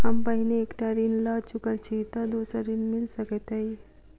हम पहिने एक टा ऋण लअ चुकल छी तऽ दोसर ऋण मिल सकैत अई?